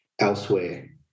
elsewhere